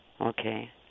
Okay